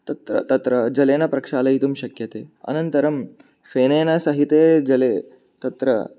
तत्र् तत्र जलेन प्रक्षालयितुं शक्यते अनन्तरं फेनेन सहिते जले तत्र